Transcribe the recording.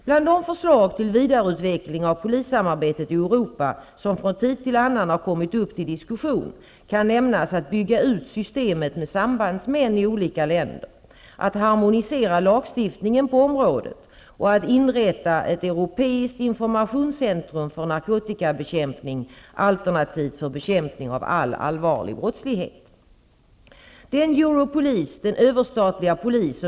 Bland de förslag till vidareutveckling av polissamarbetet i Europa som från tid till annan har kommit upp till diskussion kan nämnas att bygga ut systemet med sambandsmän i olika länder, att harmonisera lagstiftningen på området och att inrätta ett europeiskt informationscentrum för narkotikabekämpning, alternativt för bekämpning av all allvarlig brottslighet.